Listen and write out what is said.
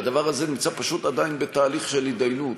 והדבר הזה נמצא פשוט עדיין בתהליך של התדיינות.